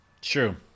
True